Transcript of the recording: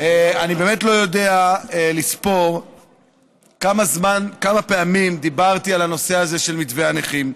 אני באמת לא יודע לספור כמה פעמים דיברתי על הנושא הזה של מתווה הנכים.